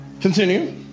Continue